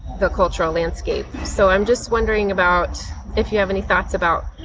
the cultural landscape. so i'm just wondering about if you have any thoughts about